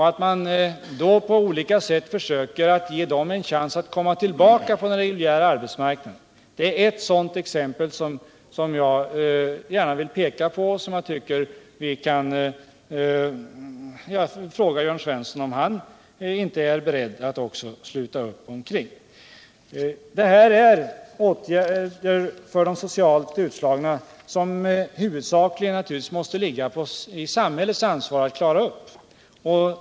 Att man då på olika sätt försöker ge dem en chans att komma tillbaka på den reguljära arbetsmarknaden är ett exempel på åtgärder som jag gärna vill peka på, och jag vill fråga Jörn Svensson om inte också han är beredd att sluta upp kring dem. Det här är åtgärder som det huvudsakligen måste ligga i samhällets ansvar att klara.